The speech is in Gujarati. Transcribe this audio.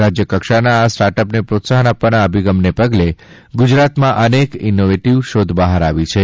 રાજય સરકારના આ સ્ટાર્ટઅપ્સને પ્રોત્સાહન આપવાના અભિગમને પગલે ગુજરાતમાં અનેક ઈનોવેટિવ શોધ બહાર આવી છે